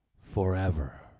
forever